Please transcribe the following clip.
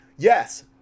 Yes